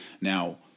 Now